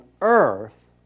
earth